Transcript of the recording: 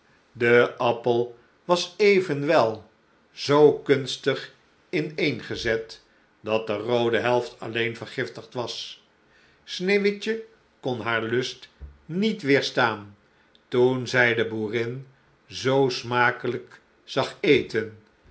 de appel was evenwel zoo kunstig ineengezet dat de roode helft alleen vergiftigd was sneeuwwitje kon haar lust niet weêrstaan toen zij de boerin zoo smakelijk zag eten